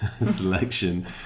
selection